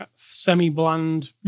semi-bland